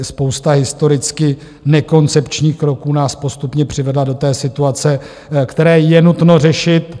Spousta historicky nekoncepčních kroků nás postupně přivedla do té situace, kterou je nutno řešit.